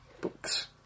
Books